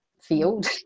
field